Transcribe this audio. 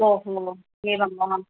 ओहो एवं वा